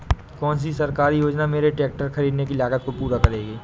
कौन सी सरकारी योजना मेरे ट्रैक्टर ख़रीदने की लागत को पूरा करेगी?